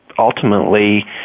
Ultimately